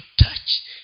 touch